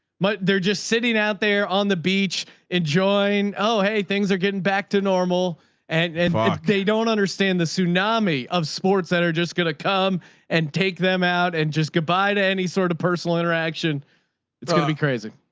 but they're just sitting out there on the beach enjoying, oh, hey, things are getting back to normal and they but they don't understand the tsunami of sports that are just going to come and take them out and just goodbye to any sort of personal interaction it's going ah to be crazy.